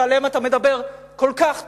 שעליהם אתה מדבר כל כך טוב,